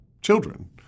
children